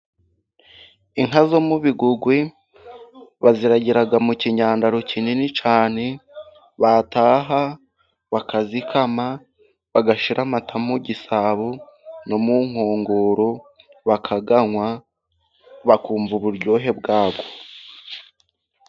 Inka zo mu Bigogwe baziragira mu kinyandaro kinini cyane, bataha bakazikama, bagashyira amata mu gisabo no mu nkongoro, bakayanywa bakumva uburyohe bwa yo.